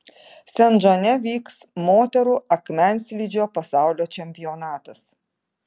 sent džone vyks moterų akmenslydžio pasaulio čempionatas